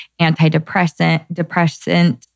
antidepressant